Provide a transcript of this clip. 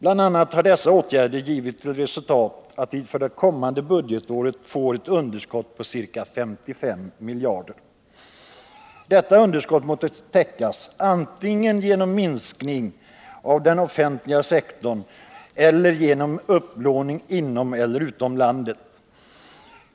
Dessa åtgärder har bl.a. givit till resultat att vi för det kommande budgetåret får ett underskott på ca 55 miljarder kronor. Detta underskott måste täckas antingen genom en minskning av den offentliga sektorn eller genom upplåning inom eller utom landet.